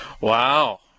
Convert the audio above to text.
wow